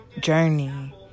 journey